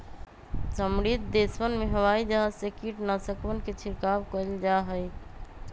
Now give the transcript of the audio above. समृद्ध देशवन में हवाई जहाज से कीटनाशकवन के छिड़काव कइल जाहई